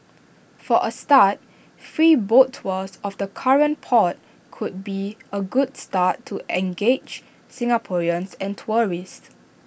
for A start free boat tours of the current port could be A good start to engage Singaporeans and tourists